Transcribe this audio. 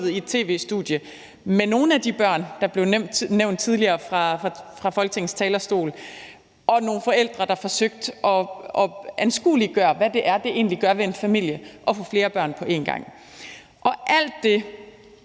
i et tv-studie med nogle af de børn, der blev nævnt tidligere fra Folketingets talerstol, og nogle forældre, der forsøgte at anskueliggøre, hvad det egentlig gør ved en familie at få flere børn på en gang. Alt det